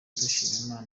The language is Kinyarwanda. dushima